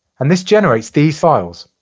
and this generates these files.